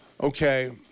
Okay